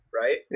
right